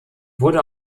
wurde